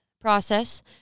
process